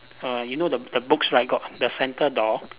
err you know the the books right got the centre door